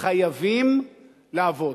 חייבים לעבוד.